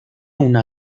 una